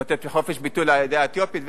לתת חופש ביטוי לעדה האתיופית,